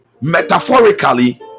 metaphorically